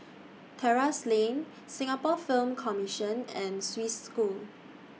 Terrasse Lane Singapore Film Commission and Swiss School